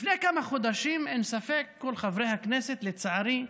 לפני כמה חודשים, אין ספק, כל חברי הכנסת, לצערי,